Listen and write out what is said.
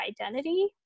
identity